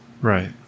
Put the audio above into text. Right